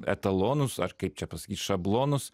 etalonus ar kaip čia pas jį šablonus